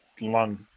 lung